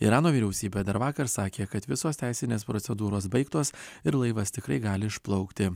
irano vyriausybė dar vakar sakė kad visos teisinės procedūros baigtos ir laivas tikrai gali išplaukti